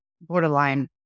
borderline